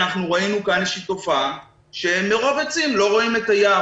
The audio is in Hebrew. ראינו כאן איזו שהיא תופעה שמרוב עצים לא רואים את היער.